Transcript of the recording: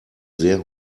sehr